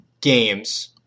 Games